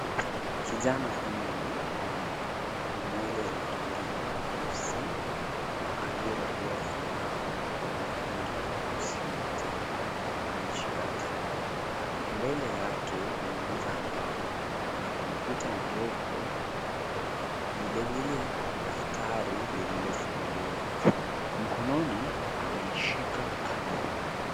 Kijana huyu mwenye nywele zenye rangi nyeusi na aliyevalia fulana yenye rangi nyeusi na njano, amejishika tama. Mbele yake kwenye meza ya mbao, kuna kompyuta ndogo na vilevile daftari lililofunguliwa. Mkononi ameishika kalamu.